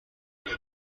ubu